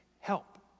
help